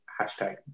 hashtag